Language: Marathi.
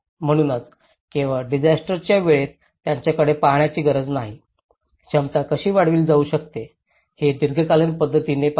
म्हणूनच केवळ डिसास्टरच्या वेळीच त्याकडे पाहण्याची गरज नाही क्षमता कशी वाढविली जाऊ शकते हे दीर्घकालीन पध्दतीने पहा